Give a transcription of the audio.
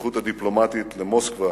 והשליחות הדיפלומטית למוסקבה